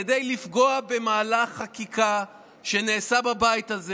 כדי לפגוע במהלך חקיקה שנעשה בבית הזה